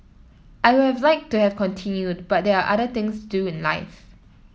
I would have liked to have continued but there are other things to do in life